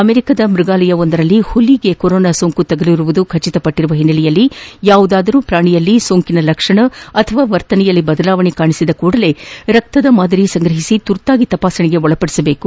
ಅಮೆರಿಕದ ಮೃಗಾಲಯವೊಂದರಲ್ಲಿ ಹುಲಿಗೆ ಕೊರೋನಾ ಸೋಂಕು ತಗುಲಿರುವುದು ಖಟಿತಪಟ್ಟರುವ ಹಿನ್ನೆಲೆಯಲ್ಲಿ ಯಾವುದಾದರೂ ಪ್ರಾಣಿಯಲ್ಲಿ ಸೋಂಕಿನ ಲಕ್ಷಣ ಕಾಣಿಸಿದ ಕೂಡಲೇ ರಕ್ತದ ಮಾದರಿಯನ್ನು ಸಂಗ್ರಹಿಸಿ ತುರ್ತಾಗಿ ತಪಾಸಣೆಗೆ ಒಳಪಡಿಸಬೇಕು